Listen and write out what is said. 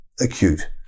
acute